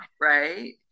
Right